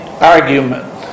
argument